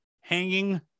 hanging